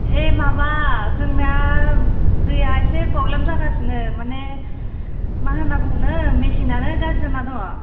ए माबा जोंना दैया एसे प्रब्लेम जागासिनो माने मा होनना बुंनो मेचिनानो गाज्रि जाना दङ